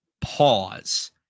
pause